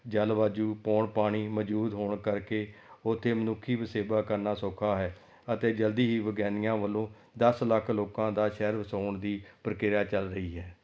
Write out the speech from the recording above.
ਜਲਵਾਯੂ ਪੌਣ ਪਾਣੀ ਮੌਜੂਦ ਹੋਣ ਕਰਕੇ ਉੱਥੇ ਮਨੁੱਖੀ ਵਸੇਵਾ ਕਰਨਾ ਸੌਖਾ ਹੈ ਅਤੇ ਜਲਦੀ ਹੀ ਵਿਗਿਆਨੀਆਂ ਵੱਲੋਂ ਦਸ ਲੱਖ ਲੋਕਾਂ ਦਾ ਸ਼ਹਿਰ ਵਸਾਉਣ ਦੀ ਪ੍ਰਕਿਰਿਆ ਚੱਲ ਰਹੀ ਹੈ